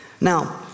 Now